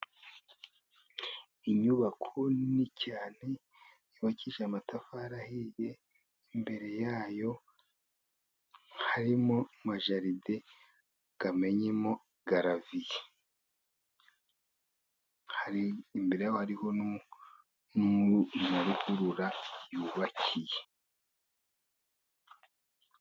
Inyubako nini cyane yubakishije amatafari ahiye, imbere ya yo harimo amajaride amennyemo garaviye, hari imbere ha ho hariho na ruhurura yubakiye.